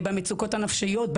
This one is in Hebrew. על המצוקות הנפשיות,